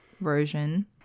version